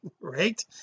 right